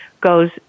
goes